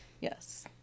Yes